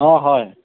অঁ হয়